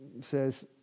says